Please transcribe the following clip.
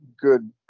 good